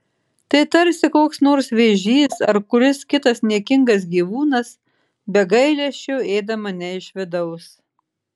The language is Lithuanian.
tai tarsi koks nors vėžys ar kuris kitas niekingas gyvūnas be gailesčio ėda mane iš vidaus